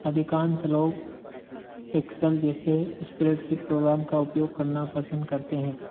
अधिकांश लोग एक्सल जैसे स्प्रेडसीट प्रोग्राम का उपयोग करना पसंद करते हैं